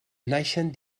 naixen